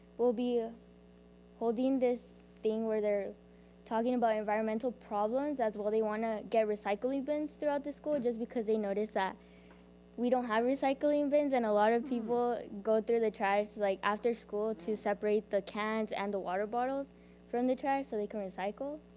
we'll be holding this thing where they're talking about environmental problems. as well they want to get recycling bins throughout the school just because they notice that we don't have recycling bins. and a lot of people go through the trash like after school to separate the cans and the water bottles from the trash so they can recycle.